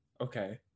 Okay